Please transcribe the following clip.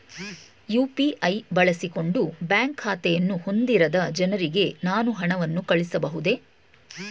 UPI ಬಳಸಿಕೊಂಡು bank ಖಾತೆಯನ್ನು ಹೊಂದಿರದ ಜನರಿಗೆ ನಾನು ಹಣವನ್ನು ಕಳುಹಿಸಬಹುದೇ?